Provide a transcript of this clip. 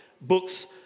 books